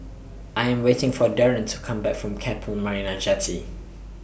I Am waiting For Darien to Come Back from Keppel Marina Jetty